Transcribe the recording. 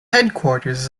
headquarters